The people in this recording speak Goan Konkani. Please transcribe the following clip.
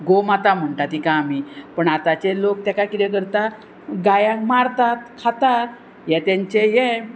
गोमाता म्हणटा तिका आमी पूण आतांचे लोक ताका कितें करता गायक मारतात खातात हे तेंचे हे